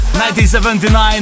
1979